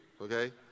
okay